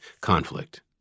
conflict